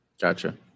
gotcha